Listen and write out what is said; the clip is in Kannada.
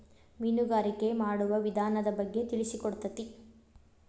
ಮೇನುಗಾರಿಕೆ ಮಾಡುವ ವಿಧಾನದ ಬಗ್ಗೆ ತಿಳಿಸಿಕೊಡತತಿ